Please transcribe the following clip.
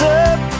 up